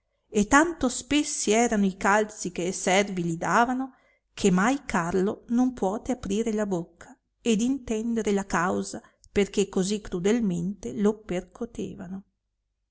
e tanto spessi erano i calzi che e servi li davano che mai carlo non puote aprire la bocca ed intendere la causa per che così crudelmente lo percotevano